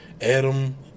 Adam